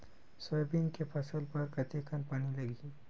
Soybean के फसल बर कतेक कन पानी लगही?